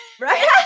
Right